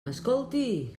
escolti